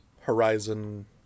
Horizon